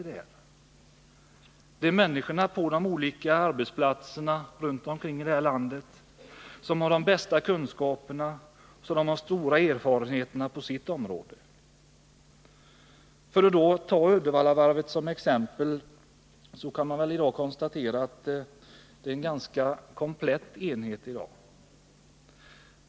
Det är människorna på de olika arbetsplatserna runt om i landet som har de bästa kunskaperna och erfarenheterna på sitt område. Tar man Uddevallavarvet som exempel kan man konstatera att det i dag är en ganska komplett enhet.